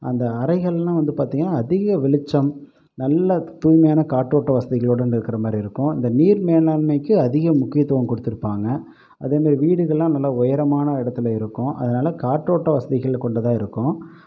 அந்த அறைகளெலாம் வந்து பார்த்தீங்கன்னா அதிக வெளிச்சம் நல்ல தூய்மையான காற்றோட்ட வசதிகளுடன் இருக்கிற மாதிரி இருக்கும் இந்த நீர் மேலாண்மைக்கு அதிக முக்கியத்துவம் கொடுத்துருப்பாங்க அதேமாதிரி வீடுகளெலாம் நல்ல உயரமான இடத்துல இருக்கும் அதனால் காற்றோட்ட வசதிகள் கொண்டதாக இருக்கும்